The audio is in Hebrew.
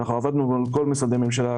אנחנו עבדנו מול כל משרדי הממשלה,